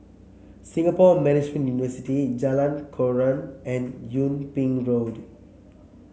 Singapore Management University Jalan Koran and Yung Ping Road